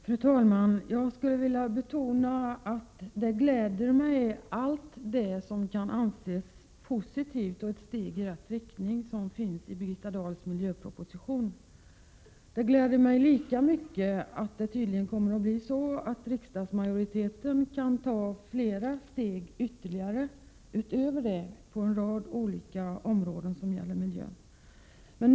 Fru talman! Jag vill betona att allt det som kan anses vara positivt och ett steg i rätt riktning i Birgitta Dahls miljöproposition gläder mig. Det gläder mig lika mycket att riksdagsmajoriteten tydligen kommer att kunna ta ytterligare flera steg därutöver på en rad olika områden som gäller miljön.